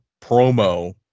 promo